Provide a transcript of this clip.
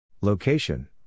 Location